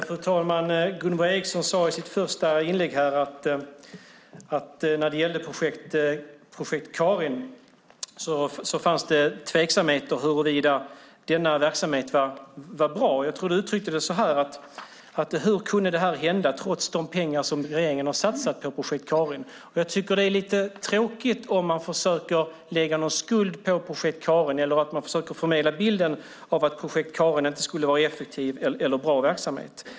Fru talman! Gunvor G Ericson sade i sitt första inlägg att det finns tveksamheter huruvida Projekt Karin är bra. Du gav uttryck för en fråga om hur det kunde hända trots de pengar som regeringen har satsat på Projekt Karin. Det är tråkigt om man försöker lägga någon skuld på Projekt Karin eller försöker förmedla bilden av att Projekt Karin inte skulle vara effektiv eller bra verksamhet.